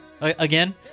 again